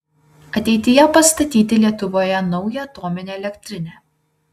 ateityje pastatyti lietuvoje naują atominę elektrinę